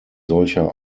solcher